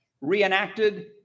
reenacted